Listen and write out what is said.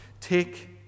Take